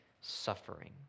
Suffering